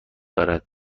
دارد